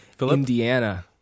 Indiana